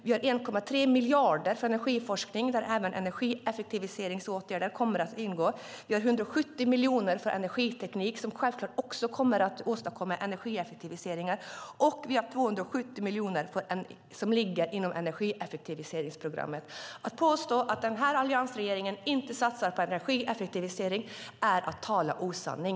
Vi har 1,3 miljarder för energiforskning där även energieffektiviseringsåtgärder kommer att ingå. Vi har 170 miljoner för energiteknik som självklart också kommer att åstadkomma energieffektiviseringar. Vi har 270 miljoner som ligger inom energieffektiviseringsprogrammet. Att påstå att alliansregeringen inte satsar på energieffektivisering är att tala osanning.